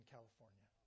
California